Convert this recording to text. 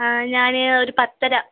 ആ ഞാൻ ഒരു പത്തര